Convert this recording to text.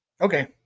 Okay